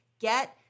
get